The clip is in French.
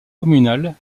communale